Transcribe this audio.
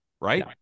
right